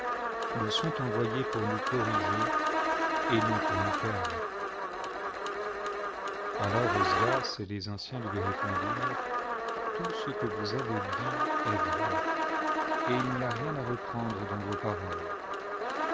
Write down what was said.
nous sont envoyés pour nous corriger et non pour nous perdre alors ozias et les anciens lui répondirent tout ce que vous avez dit est vrai et il n'y a rien à reprendre dans vos paroles